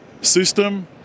system